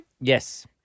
Yes